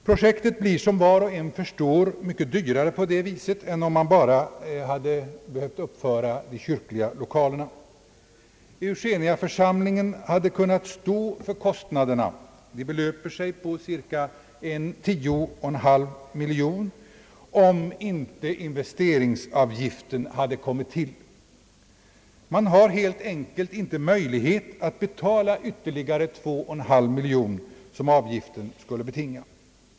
Projektet blir, som var om en förstår, mycket dyrare på det viset än om man bara hade behövt uppföra de kyrkliga lokalerna. Eugeniaförsamlingen hade kunnat stå för kostnaderna — de belöper sig på cirka 10 1 2 miljoner, som avgiften skulle uppgå till.